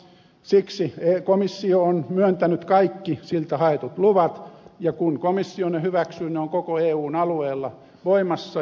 siksi komissio on myöntänyt kaikki siltä haetut luvat ja kun komissio ne hyväksyy ne ovat koko eun alueella voimassa